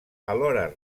alhora